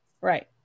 Right